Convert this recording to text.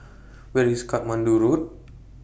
Where IS Katmandu Road